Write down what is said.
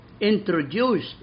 introduced